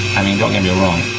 i mean, don't get me wrong,